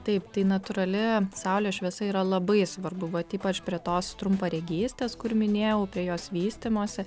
taip tai natūrali saulės šviesa yra labai svarbu vat ypač prie tos trumparegystės kur minėjau prie jos vystymosi